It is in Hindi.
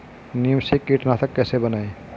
नीम से कीटनाशक कैसे बनाएं?